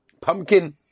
pumpkin